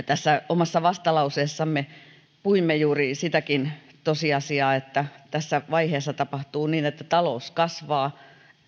tässä omassa vastalauseessamme puimme juuri sitäkin tosiasiaa että tässä vaiheessa tapahtuu niin että talous kasvaa